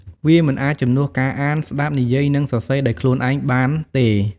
វាមិនអាចជំនួសការអាន ស្ដាប់ និយាយ និងសរសេរដោយខ្លួនឯងបានទេ។